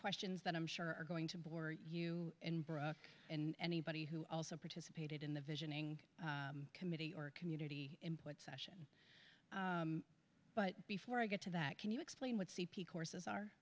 questions that i'm sure are going to bore you and brook and anybody who also participated in the visioning committee or community input session but before i get to that can you explain what c p courses are